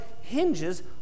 hinges